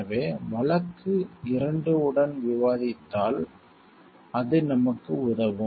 எனவே வழக்கு 2 உடன் விவாதித்தால் அது நமக்கு உதவும்